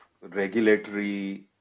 regulatory